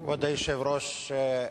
כבוד היושב-ראש,